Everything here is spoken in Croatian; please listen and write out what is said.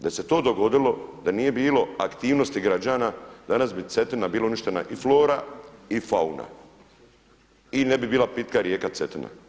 Da se to dogodilo, da nije bilo aktivnosti građana danas bi Cetina bila uništena i flora i fauna i ne bi bila pitka rijeka Cetina.